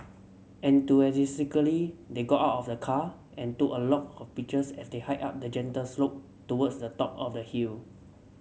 enthusiastically they got out of the car and took a lot of pictures as they hiked up a gentle slope towards the top of the hill